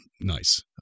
nice